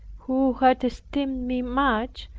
who had esteemed me much,